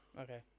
Okay